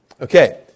Okay